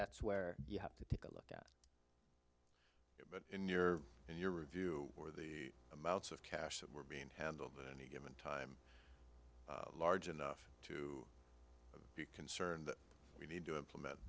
that's where you have to think of it but in your in your review or the amounts of cash that were being handled with any given time large enough to be concerned that we need to implement